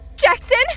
Jackson